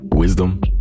Wisdom